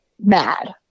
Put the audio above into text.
mad